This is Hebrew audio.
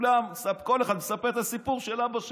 כל אחד מספר את הסיפור של אבא שלו,